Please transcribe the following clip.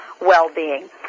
well-being